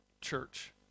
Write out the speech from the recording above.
church